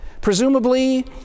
presumably